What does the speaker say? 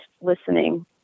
listening